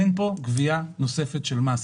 אין גבייה נוספת של מס.